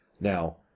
Now